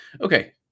okay